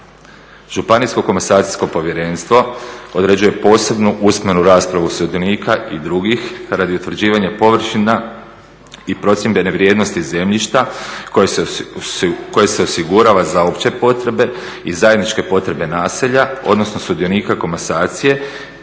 Županijsko komasacijsko povjerenstvo određuje posebnu usmenu raspravu sudionika i drugih radi utvrđivanja površina i procijenjene vrijednosti zemljišta koje se osigurava za opće potrebe i zajedničke potrebe naselja, odnosno sudionika komasacije